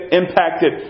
impacted